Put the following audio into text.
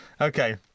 Okay